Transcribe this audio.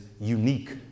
unique